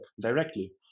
directly